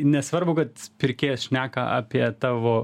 nesvarbu kad pirkėjas šneką apie tavo